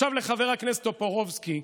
עכשיו לחבר הכנסת טופורובסקי,